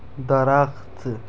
درخت